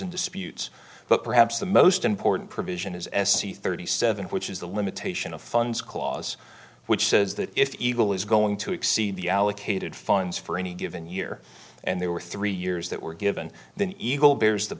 and disputes but perhaps the most important provision is s c thirty seven which is the limitation of funds clause which says that if evil is going to exceed the allocated funds for any given year and there were three years that were given the eagle bears the